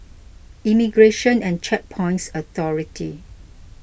Immigration and Checkpoints Authority